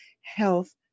health